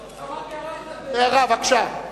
רק הערה אחת, אדוני